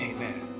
Amen